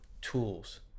tools